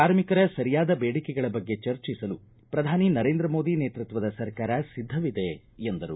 ಕಾರ್ಮಿಕರ ಸರಿಯಾದ ಬೇಡಿಕೆಗಳ ಬಗ್ಗೆ ಚಚಿಸಲು ಪ್ರಧಾನಿ ನರೇಂದ್ರ ಮೋದಿ ನೇತೃತ್ವದ ಸರ್ಕಾರ ಸಿದ್ಧವಿದೆ ಎಂದರು